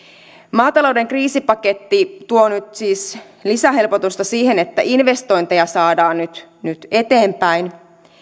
maatalouden kriisipaketti tuo siis lisähelpotusta siihen että investointeja saadaan nyt eteenpäin